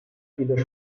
vieles